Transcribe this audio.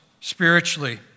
spiritually